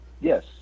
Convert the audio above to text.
Yes